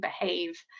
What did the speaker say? behave